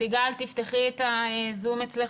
סיגל רצין, מנכ"לית עמותת אחת